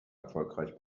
erfolgreich